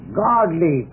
godly